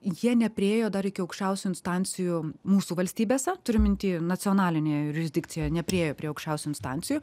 jie nepriėjo dar iki aukščiausių instancijų mūsų valstybėse turi minty nacionalinėje jurisdikcijoje nepriėjo prie aukščiausių instancijų